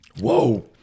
Whoa